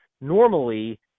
normally